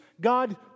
God